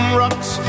rocks